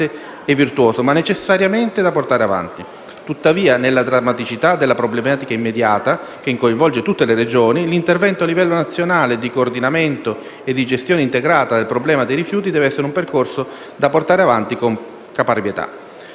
virtuoso e da portare avanti necessariamente. Tuttavia, nella drammaticità della problematica immediata che coinvolge tutte le Regioni, l'intervento a livello nazionale di coordinamento e di gestione integrata del problema dei rifiuti deve essere un percorso da portare avanti con caparbietà.